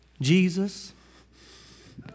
Jesus